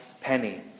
penny